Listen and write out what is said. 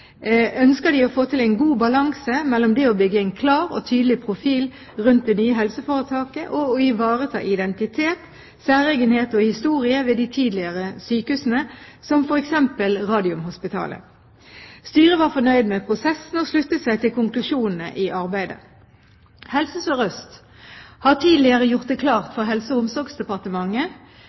ønsker de å få til en god balanse mellom det å bygge en klar og tydelig profil rundt det nye helseforetaket og å ivareta identitet, særegenhet og historie ved de tidligere sykehusene, som f.eks. Radiumhospitalet. Styret var fornøyd med prosessen og sluttet seg til konklusjonene i arbeidet. Helse Sør-Øst har tidligere gjort det klart for Helse- og omsorgsdepartementet,